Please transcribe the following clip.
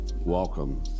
welcome